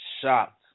Shocked